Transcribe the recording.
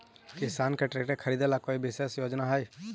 किसान के ट्रैक्टर खरीदे ला कोई विशेष योजना हई?